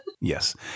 Yes